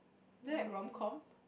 there rom-com